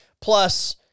Plus